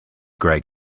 greg